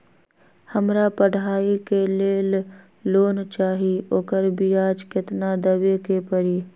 हमरा पढ़ाई के लेल लोन चाहि, ओकर ब्याज केतना दबे के परी?